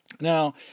Now